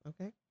Okay